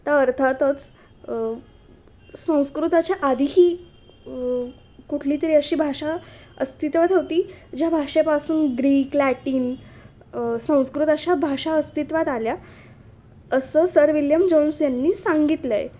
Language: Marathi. तर अर्थातच संस्कृताच्या आधीही कुठली तरी अशी भाषा अस्तित्वात होती ज्या भाषेपासून ग्रीक लॅटिन संस्कृत अशा भाषा अस्तित्वात आल्या असं सर विलियम जोन्स यांनी सांगितलं आहे